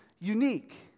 unique